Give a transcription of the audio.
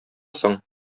соң